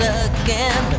again